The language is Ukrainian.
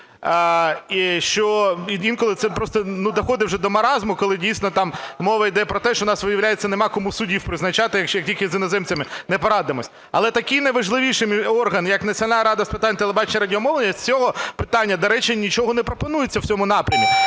інколи це просто доходить до маразму, коли дійсно там мова йде про те, що у нас, виявляється, нема кому суддів призначати, якщо тільки з іноземцями не порадимося. Але такий найважливіший орган як Національна ради з питань телебачення і радіомовлення – з цього питання, до речі, нічого не пропонується в цьому напрямі.